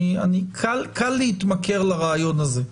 קל להתמכר לרעיון הזה,